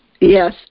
Yes